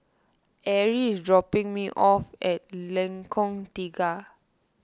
Arie is dropping me off at Lengkong Tiga